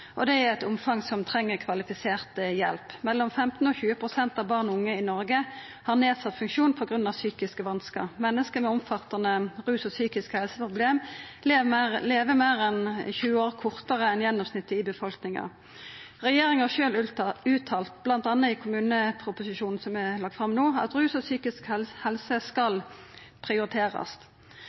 og det er eit omfang som krev kvalifisert hjelp. Mellom 15 og 20 pst. av barn og unge i Noreg har nedsett funksjon på grunn av psykiske vanskar. Menneske med omfattande rus- og psykiske helseproblem lever meir enn 20 år kortare enn gjennomsnittet i befolkninga. Regjeringa har sjølv uttalt, m.a. i kommuneproposisjonen som er lagt fram no, at rus og psykisk helse skal prioriterast.